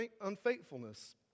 Unfaithfulness